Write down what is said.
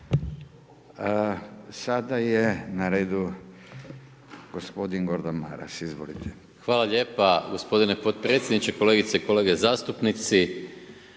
Sada je na redu gospodin Gordan Maras, izvolite. **Maras, Gordan (SDP)** Hvala lijepo gospodine potpredsjedniče, kolegice i kolege zastupnice,